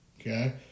okay